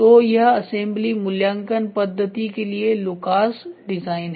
तो यह असेंबली मूल्यांकन पद्धति के लिए लुकास डिजाइन है